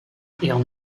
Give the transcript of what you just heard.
ihrem